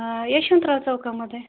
यशवंतराव चौकामध्ये